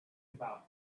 about